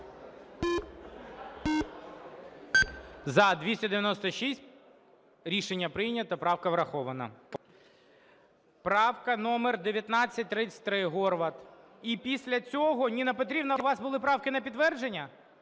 За-296 Рішення прийнято, правка врахована. Правка номер 1933, Горват. І після цього… Ніна Петрівна, у вас були правки на підтвердження?